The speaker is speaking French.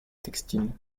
textile